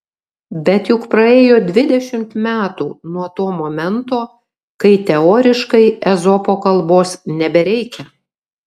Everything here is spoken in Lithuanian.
bet juk praėjo dvidešimt metų nuo to momento kai teoriškai ezopo kalbos nebereikia